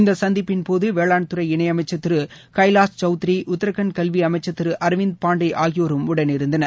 இந்த சந்திப்பின்போது வேளாண் துறை இணை அமைச்சர் திரு கைலாஷ் சௌத்திரி உத்ரகாண்ட் கல்வி அமைச்சர் திரு அரவிந்த் பாண்டே ஆகியோரும் உடனிருந்தனர்